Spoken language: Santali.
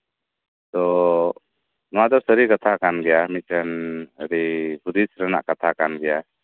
ᱛᱳ ᱱᱚᱣᱟ ᱫᱚ ᱥᱟᱹᱨᱤ ᱠᱟᱛᱷᱟ ᱠᱟᱱ ᱜᱮᱭᱟ ᱢᱤᱫᱴᱮᱱ ᱟᱹᱰᱤ ᱦᱩᱫᱤᱥ ᱨᱮᱭᱟᱜ ᱠᱟᱛᱷᱟ ᱜᱟᱱ ᱜᱮᱭᱟ